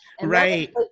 right